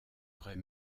aurait